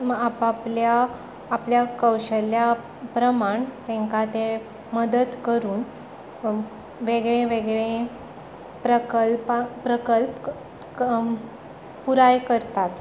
आपआपल्या कौशल्या प्रमाण तांका ते मद्दत करून वेगळे वेगळे प्रकल्प पुराय करतात